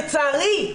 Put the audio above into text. לצערי,